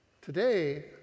Today